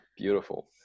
Beautiful